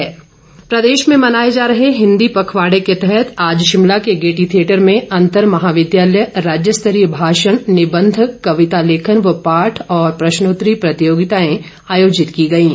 राजभाषा प्रदेश में मनाए जा रहे हिंदी पखवाड़े के तहत आज शिमला के गेयटी थियेटर में अंतर महाविद्यालय राज्य स्तरीय भाषण निबंध कविता लेखन व पाठ और प्रश्नोत्तरी प्रतियोगिताएं आयोजित की गईं